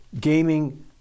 gaming